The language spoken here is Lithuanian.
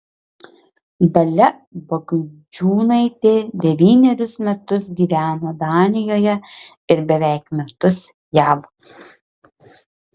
dalia bagdžiūnaitė devynerius metus gyveno danijoje ir beveik metus jav